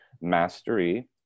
mastery